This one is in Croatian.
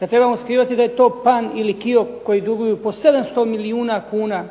da trebamo skrivati da je to PAN ili Kiop koji duguju po 700 milijuna kuna.